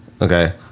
Okay